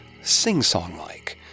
sing-song-like